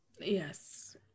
Yes